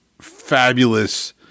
fabulous